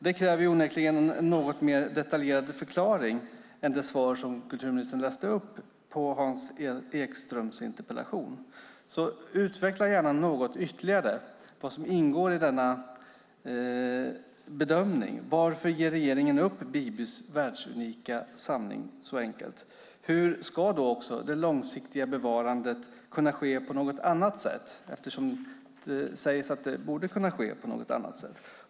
Det kräver onekligen en något mer detaljerad förklaring än det svar som kulturministern läste upp på hans Ekströms interpellation. Utveckla gärna något ytterligare vad som ingår i denna bedömning. Varför ger regeringen upp Bibys världsunika turkiska samling så enkelt? Hur ska det långsiktiga bevarandet kunna ske på något annat sätt? Det sägs ju att det borde kunna ske på något annat sätt.